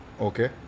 Okay